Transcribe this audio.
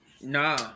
Nah